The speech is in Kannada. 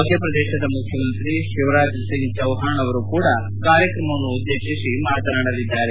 ಮಧ್ಯಪ್ರದೇಶದ ಮುಖ್ಯಮಂತ್ರಿ ಶಿವರಾಜ್ ಸಿಂಗ್ ಚೌವಾಣ್ ಅವರು ಕೂಡ ಕಾರ್ಯಕ್ರಮವನ್ನು ಉದ್ದೇಶಿಸಿ ಮಾತನಾಡಲಿದ್ದಾರೆ